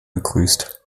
begrüßt